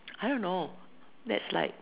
I don't know that's like